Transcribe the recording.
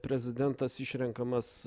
prezidentas išrenkamas